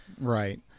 Right